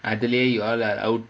அதுலயே:athulayae you all are out